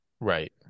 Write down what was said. Right